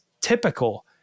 typical